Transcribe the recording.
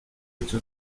hecho